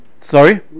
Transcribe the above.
Sorry